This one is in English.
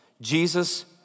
Jesus